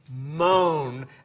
moan